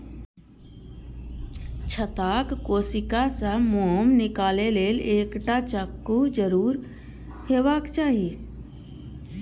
छत्ताक कोशिका सं मोम निकालै लेल एकटा चक्कू जरूर हेबाक चाही